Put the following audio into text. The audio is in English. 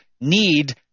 need